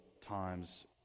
times